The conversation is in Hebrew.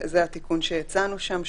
זה התיקון שהצענו שם.